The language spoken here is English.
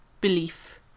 belief